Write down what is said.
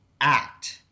act